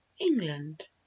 england